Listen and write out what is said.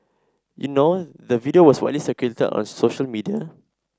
you know the video was widely circulated on social media